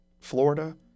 Florida